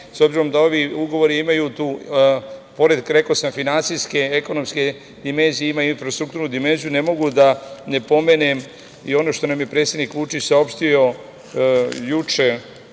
s obzirom da ovi ugovori imaju, rekao sam, pored finansijske, ekonomske dimenzije, infrastrukturnu dimenziju, ne mogu da ne pomenem i ono što nam je predsednik Vučić saopštio juče